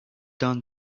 done